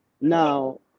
Now